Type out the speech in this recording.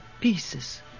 Pieces